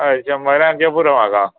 हय शंबरांचे पुरो म्हाका